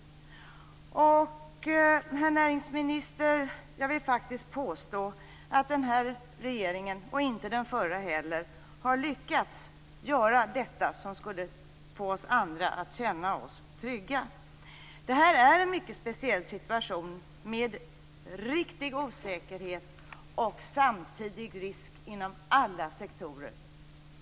Jag vill faktiskt påstå, herr näringsminister, att den här regeringen inte lyckats, inte den förra heller, göra det som skulle få oss att känna oss trygga. Det här är en mycket speciell situation med riktig osäkerhet och samtidigt risk inom alla sektorer.